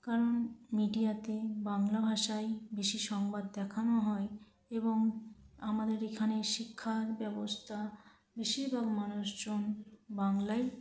কারণ মিডিয়াতে বাংলা ভাষায় বেশি সংবাদ দেখানো হয় এবং আমাদের এখানে শিক্ষাব্যবস্থা বেশিরভাগ মানুষজন বাংলায়